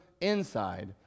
inside